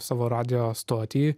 savo radijo stotį